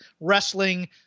wrestling